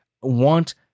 want